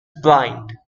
blind